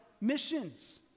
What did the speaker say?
missions